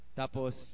tapos